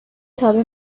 تابع